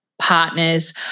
partners